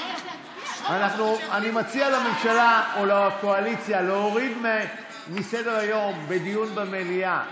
אני מציע לממשלה או לקואליציה להוריד מסדר-היום דיון במליאה,